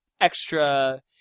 extra